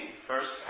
first